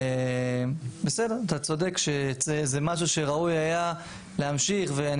אתה צודק שזה משהו שראוי היה להמשיך ואני